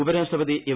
ഉപരാഷ്ട്രപതി എം